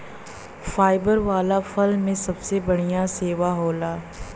fibre वाला फल में सबसे बढ़िया सेव होला